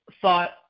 thought